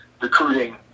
recruiting